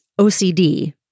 OCD